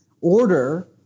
order